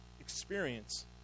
experience